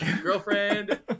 Girlfriend